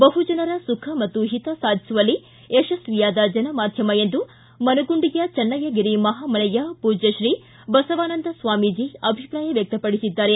ಬಹು ಜನರ ಸುಖ ಮತ್ತು ಹಿತ ಸಾಧಿಸುವಲ್ಲಿ ಯಶಸ್ವಿಯಾದ ಜನ ಮಾಧ್ಯಮ ಎಂದು ಮನುಗುಂಡಿಯ ಚನ್ನಯ್ಥಗಿರಿ ಮಹಾಮನೆಯ ಪೂಜ್ಯ ಶ್ರೀ ಬಸವಾನಂದ ಸ್ವಾಮೀಜಿ ಅಭಿಪ್ರಾಯ ವ್ಯಕ್ತಪಡಿಸಿದ್ದಾರೆ